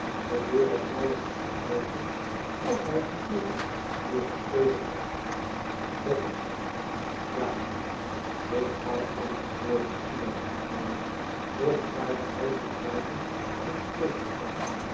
de deur was nauwelijks gesloten of luj riep nog eens door het sleutelgat boffin ja wegg ditmaal antwoordde silas niet meer doch draaide ijverig buiten aan het sleutelgat